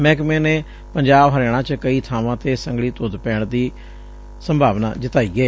ਮਹਿਕਮੇ ਨੇ ਪੰਜਾਬ ਹਰਿਆਣਾ ਚ ਕਈ ਬਾਵਾਂ ਤੇ ਸੰਘਣੀ ਧੁੰਦ ਪੈਣ ਦੀ ਸੰਭਾਵਨਾ ਜਤਾਈ ਏ